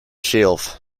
shelf